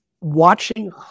Watching